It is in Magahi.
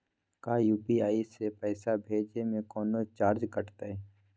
का यू.पी.आई से पैसा भेजे में कौनो चार्ज कटतई?